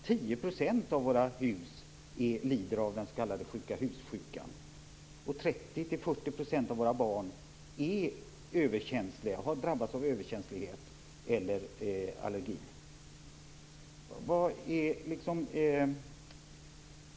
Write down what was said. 10 % av våra hus lider av den s.k. sjukahussjukan, och 30-40 % av våra barn har drabbats av överkänslighet eller allergi.